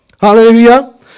Hallelujah